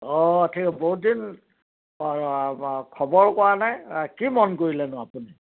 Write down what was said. অঁ তাকে বহুত দিন খবৰো কৰা নাই কি মন কৰিলেনো আপুনি